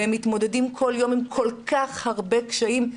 והם מתמודדים בכל יום עם כל כך הרבה קשיים,